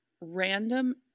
random